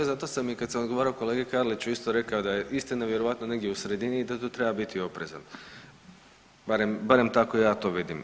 Zato sam i kad sam odgovarao kolegi Karliću isto rekao da je istina vjerojatno negdje u sredini i da tu treba biti oprezan, barem tako ja to vidim.